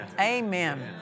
Amen